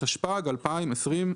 התשפ"ג-2023.